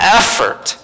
effort